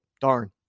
darn